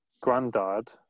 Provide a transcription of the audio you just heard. granddad